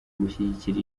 gushigikira